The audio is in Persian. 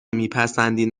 میپسندین